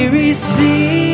receive